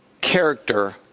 character